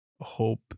hope